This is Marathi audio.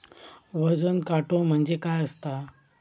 वजन काटो म्हणजे काय असता?